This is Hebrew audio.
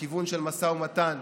לכיוון של משא ומתן?